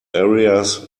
areas